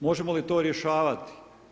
Možemo li to rješavati?